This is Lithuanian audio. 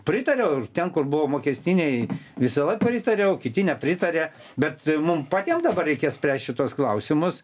pritariau ir ten kur buvo mokestiniai visada pritariau kiti nepritarė bet mum patiem dabar reikia spręst šituos klausimus